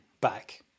back